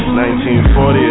1940